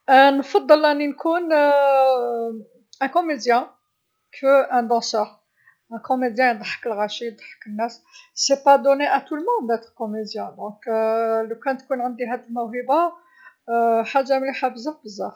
نفضل أني نكون كوميدي على رقاص، كوميدي يضحك الغاشي يضحك الناس مشي مديروه الكل باش تكون كوميدي، إذا لوكان تكون عندي هاذي الموهبه حاجه مليحه بزاف بزاف.